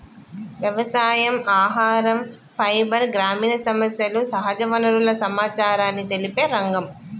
వ్యవసాయం, ఆహరం, ఫైబర్, గ్రామీణ సమస్యలు, సహజ వనరుల సమచారాన్ని తెలిపే రంగం